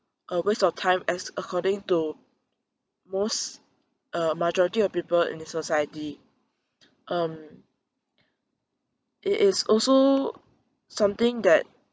a waste of time as according to most uh majority of people in a society um it is also something that